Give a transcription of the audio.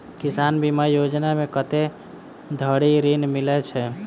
किसान बीमा योजना मे कत्ते धरि ऋण मिलय छै?